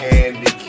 Candy